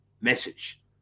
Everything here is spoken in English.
message